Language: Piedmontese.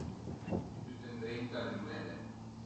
I büte ëndrinta le munede